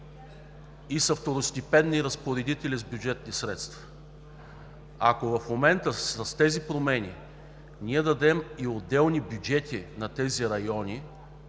и са второстепенни разпоредители с бюджетни средства. Ако в момента с тези промени ние дадем и отделни бюджети на районите